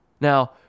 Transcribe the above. Now